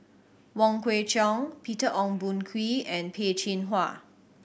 Wong Kwei Cheong Peter Ong Boon Kwee and Peh Chin Hua